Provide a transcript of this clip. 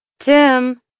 Tim